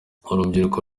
urubyiruko